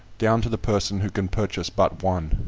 down to the person who can purchase but one.